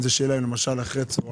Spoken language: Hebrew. כך שהפעילות תהיה אחרי הצוהריים,